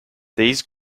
these